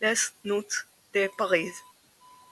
Les Nuits de Paris Anti-Justine,